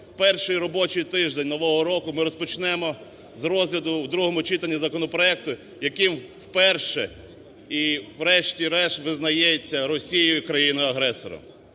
перший робочий тиждень нового року ми розпочнемо з розгляду у другому читанні законопроекту, який вперше і врешті-решт визнає Росію країною-агресором.